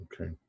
Okay